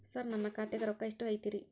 ಸರ ನನ್ನ ಖಾತ್ಯಾಗ ರೊಕ್ಕ ಎಷ್ಟು ಐತಿರಿ?